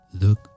Look